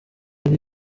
ari